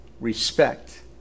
respect